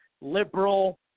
liberal